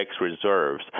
reserves